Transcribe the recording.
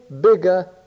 bigger